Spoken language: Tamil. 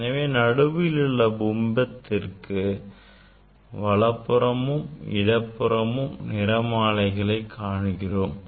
எனவே நடுவில் உள்ள பிம்பத்திற்கு வலப்புறமும் இடப்புறமும் நிறமாலைகளை காண்கிறோம்